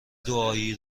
دعایی